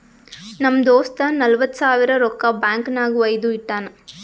ನಮ್ ದೋಸ್ತ ನಲ್ವತ್ ಸಾವಿರ ರೊಕ್ಕಾ ಬ್ಯಾಂಕ್ ನಾಗ್ ವೈದು ಇಟ್ಟಾನ್